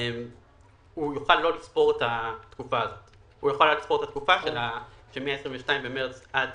הוא יוכל לא לספור את התקופה הזאת שמה-22 במארס עד